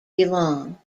belong